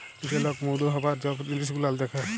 যে লক মধু হ্যবার ছব জিলিস গুলাল দ্যাখে